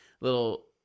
little